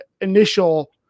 initial